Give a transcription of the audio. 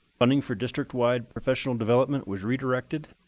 funding for district-wide professional development was redirected,